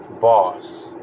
boss